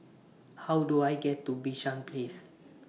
How Do I get to Bishan Place